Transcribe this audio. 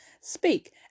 speak